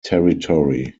territory